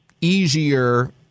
easier –